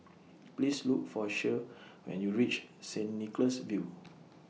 Please Look For Cher when YOU REACH Saint Nicholas View